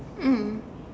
mm